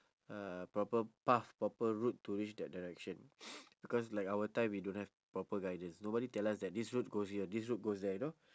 uh proper path proper route to reach that direction because like our time we don't have proper guidance nobody tell us that this route goes here this route goes there you know